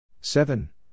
Seven